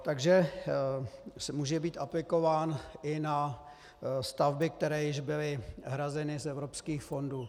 Takže může být aplikován i na stavby, které již byly hrazeny z evropských fondů.